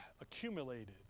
accumulated